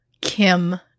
Kim